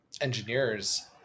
engineers